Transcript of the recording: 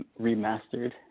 remastered